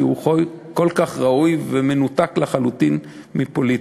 כי הוא כל כך ראוי ומנותק לחלוטין מפוליטיקה.